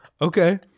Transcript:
Okay